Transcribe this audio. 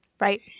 Right